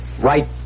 Right